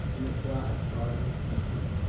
in a quiet part of the country,